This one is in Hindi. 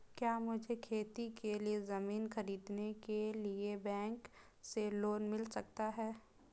क्या मुझे खेती के लिए ज़मीन खरीदने के लिए बैंक से लोन मिल सकता है?